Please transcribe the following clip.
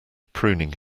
pruning